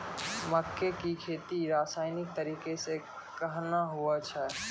मक्के की खेती रसायनिक तरीका से कहना हुआ छ?